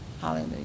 Hallelujah